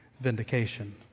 vindication